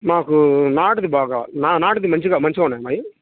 మాకు నాటుది బాగా నాటుది మంచిగా మంచిగా ఉంటాయమ్మ అవి